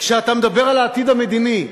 כשאתה מדבר על העתיד המדיני,